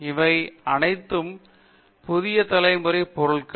இவை அனைத்தும் புதிய தலைமுறை பொருள்கள்